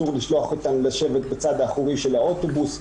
איסור לשלוח אותן לשבת בצד האחורי של האוטובוס.